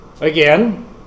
again